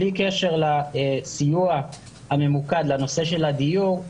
בלי קשר לסיוע הממוקד לנושא של הדיור,